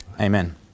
Amen